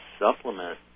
supplement